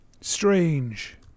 strange